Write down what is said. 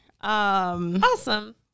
Awesome